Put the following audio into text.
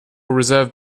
reserve